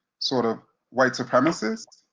sort of white supremacists,